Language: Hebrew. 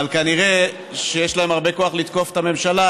אבל כנראה שיש להם הרבה כוח לתקוף את הממשלה,